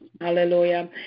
Hallelujah